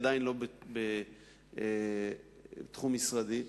עדיין לא בתחום משרדי.